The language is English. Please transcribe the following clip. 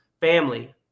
family